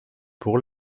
pour